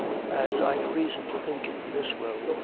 as i've reason to think this will.